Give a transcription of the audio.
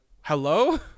hello